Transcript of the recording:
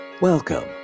Welcome